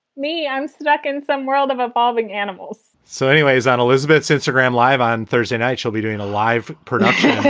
me, i'm stuck in some world of evolving animals so anyways, on elizabeth's instagram live on thursday night, she'll be doing a live production,